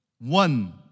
one